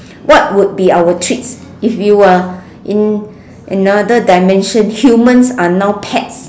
what would be our treats if you are in another dimension humans are now pets